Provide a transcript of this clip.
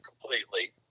completely